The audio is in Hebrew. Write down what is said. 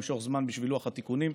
למשוך זמן בשביל לוח התיקונים,